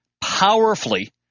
powerfully